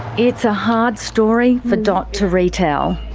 it's a hard story for dot to retell.